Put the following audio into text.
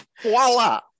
voila